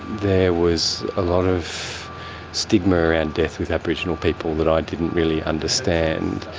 there was a lot of stigma around death with aboriginal people that i didn't really understand.